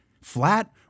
flat